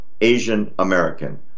Asian-American